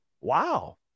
Wow